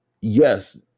yes